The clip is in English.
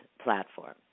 platform